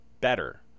better